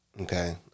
Okay